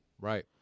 Right